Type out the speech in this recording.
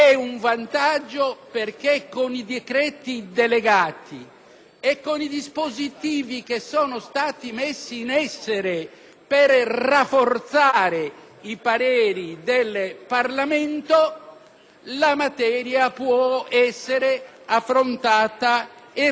e con i dispositivi che sono stati messi in essere per rafforzare i pareri del Parlamento la materia può essere affrontata e risolta in maniera efficace.